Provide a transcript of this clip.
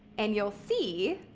and you'll see